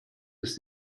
ist